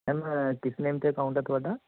ma'am ਕਿਸ name ਤੋਂ account ਹੈ ਤੁਹਾਡਾ